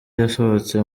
yasohotse